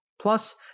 Plus